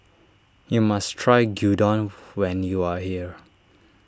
you must try Gyudon when you are here